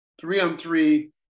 three-on-three